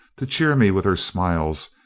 to cheer me with her smiles,